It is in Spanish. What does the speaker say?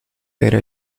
era